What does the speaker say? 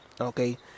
Okay